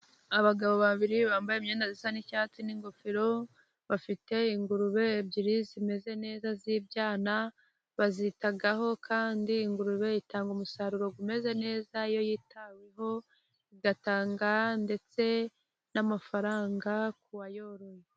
Abagabo babiri bambaye imyenda isa n'icyatsi n'ingofero, bafite ingurube ebyiri, zimeze neza ziibyana, bazitaho kandi ingurube itanga umusaruro umeze neza iyo yitaweho, igatanga ndetse n'amafaranga ku wa yoroye.